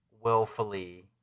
willfully